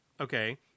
Okay